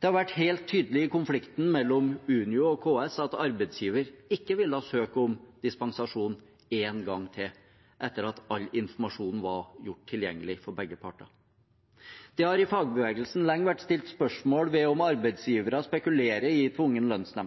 Det har vært helt tydelig i konflikten mellom Unio og KS at arbeidsgiver ikke ville ha søkt om dispensasjon en gang til etter at all informasjonen var gjort tilgjengelig for begge parter. Det har i fagbevegelsen lenge vært stilt spørsmål ved om arbeidsgivere spekulerer i tvungen